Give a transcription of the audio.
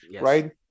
right